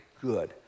good